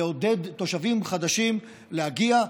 לעודד תושבים חדשים להגיע,